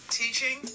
teaching